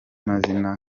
mazina